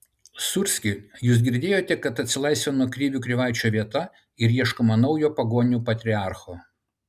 sūrski jūs girdėjote kad atsilaisvino krivių krivaičio vieta ir ieškoma naujo pagonių patriarcho